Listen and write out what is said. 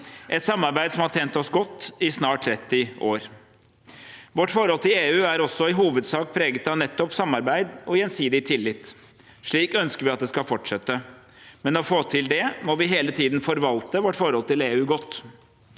et samarbeid som har tjent oss godt i snart 30 år. Vårt forhold til EU er også i hovedsak preget av nettopp samarbeid og gjensidig tillit. Slik ønsker vi at det skal fortsette, men for å få til det må vi hele tiden forvalte vårt forhold til EU godt.